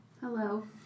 Hello